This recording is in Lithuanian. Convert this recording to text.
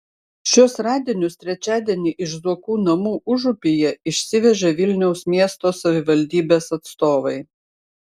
šiuos radinius trečiadienį iš zuokų namų užupyje išsivežė vilniaus miesto savivaldybės atstovai